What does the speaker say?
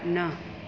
न